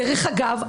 דרך אגב,